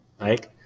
right